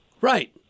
Right